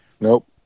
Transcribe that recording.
Nope